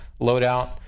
loadout